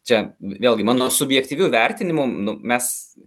čia vėlgi mano subjektyviu vertinimu nu mes